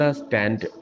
stand